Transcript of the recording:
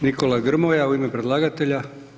Nikola Grmoja u ime predlagatelja.